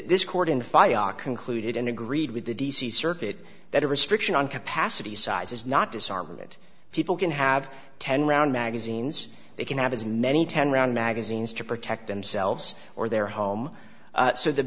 this court in firefox concluded and agreed with the d c circuit that a restriction on capacity sizes not disarmament people can have ten round magazines they can have as many ten round magazines to protect themselves or their home so the